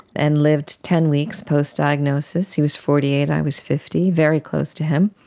and lived ten weeks post diagnosis. he was forty eight, i was fifty, very close to him.